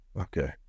Okay